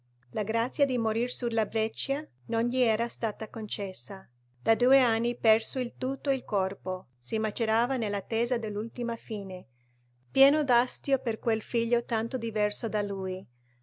la grazia di morir su la breccia non gli era stata concessa da due anni perso in tutto il corpo si macerava nell'attesa dell'ultima fine pieno d'astio per quel figlio tanto diverso da lui